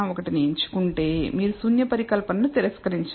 001 ని ఎంచుకుంటే మీరు శూన్య పరికల్పనను తిరస్కరించరు